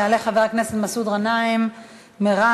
יעלה חבר הכנסת מסעוד גנאים מרע"ם-תע"ל-מד"ע,